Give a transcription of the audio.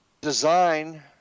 design